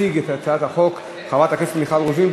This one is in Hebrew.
תציג את הצעת החוק חברת הכנסת מיכל רוזין,